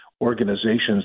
organizations